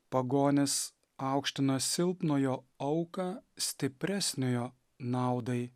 pagonys aukština silpnojo auką stipresniojo naudai